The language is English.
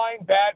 bad